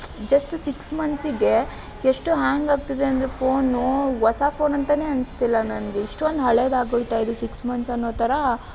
just six ಮಂತ್ಸಿಗೆ ಎಷ್ಟು hang ಆಗ್ತಿದೆ ಅಂದರೆ ಫೋನು ಹೊಸ ಫೋನಂತಲೇ ಅನಿಸ್ತಿಲ್ಲ ನನಗೆ ಇಷ್ಟೊಂದು ಹಳೆದಾಗೊಯ್ತಾ ಇದು ಸಿಕ್ಸ್ ಮಂತ್ಸ್ ಅನ್ನೋ ಥರ